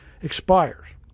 expires